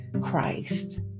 Christ